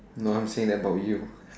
no I am saying that about you